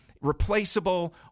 replaceable